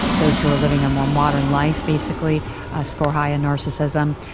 those who are living a more modern life basically score high in narcissism.